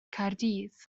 caerdydd